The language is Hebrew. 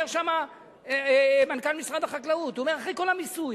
אומר שם מנכ"ל משרד החקלאות: אחרי כל המיסוי,